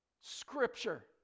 Scripture